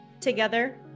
together